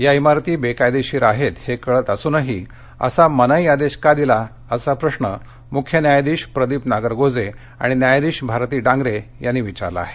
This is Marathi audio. या इमारती बेकायदा आहेत हे कळत असूनही असा मनाई आदेश का दिला असा प्रश्न मुख्य न्यायाधीश प्रदीप नागरगोजे आणि न्यायाधीश भारती डांगरे यांनी विचारला आहे